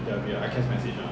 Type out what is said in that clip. for me it's a